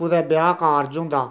कुतै ब्याह कारज होंदा